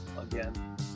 again